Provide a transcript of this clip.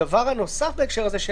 הדבר הנוסף בהקשר הזה,